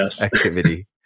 activity